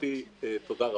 אמרתי תודה רבה.